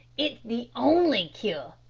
it's the only cure.